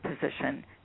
position